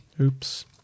Oops